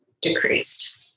decreased